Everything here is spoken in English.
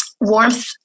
warmth